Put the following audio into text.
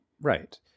Right